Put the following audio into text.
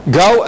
go